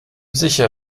sicher